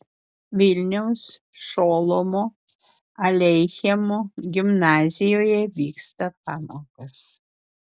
vilniaus šolomo aleichemo gimnazijoje vyksta pamokos